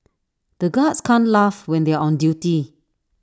the guards can't laugh when they are on duty